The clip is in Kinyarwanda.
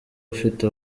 ufite